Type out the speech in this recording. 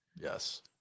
Yes